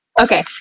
Okay